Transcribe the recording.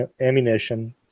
ammunition